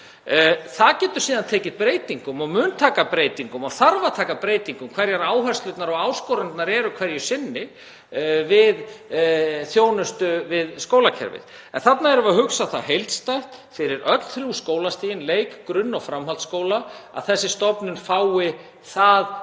Það getur síðan tekið breytingum og mun taka breytingum og þarf að taka breytingum hverjar áherslurnar og áskoranirnar eru hverju sinni við þjónustu við skólakerfið. En þarna erum við að hugsa það heildstætt fyrir öll þrjú skólastigin, leik-, grunn- og framhaldsskóla, að þessi stofnun fái það